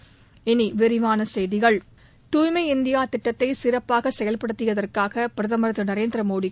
இனி விரிவான செய்திகள் தூய்மை இந்தியா திட்டத்தை சிறப்பாக செயல்படுத்தியதற்காக பிரதமா் திரு நரேந்திர மோடிக்கு